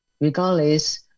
regardless